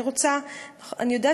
אני יודעת